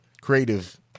creative